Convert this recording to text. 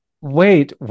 Wait